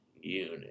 unit